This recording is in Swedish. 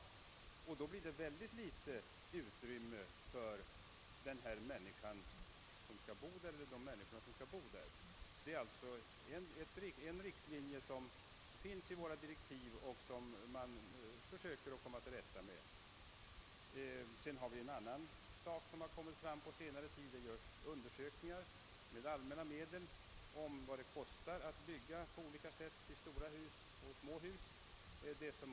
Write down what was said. I sådana fall blir det myc ket små möjligheter för de människor som skall bo i dessa hus att uttala sig om miljön. Den riktlinjen finns i våra direktiv, och vi har försökt åstadkomma lösningar på den vägen. På senare tid har man dessutom börjat göra undersökningar med allmänna medel om vad det kostar att bygga på olika sätt, d. v. s. man har jämfört kostnaden för stora hus med kostnaden för småhus.